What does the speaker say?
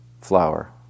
flower